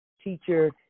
teacher